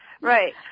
Right